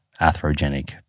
atherogenic